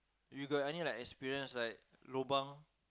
you got any like experience like lobang